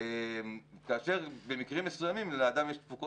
אני אגיד שמאז הייתה החלטת ממשלה בנושא תיעדוף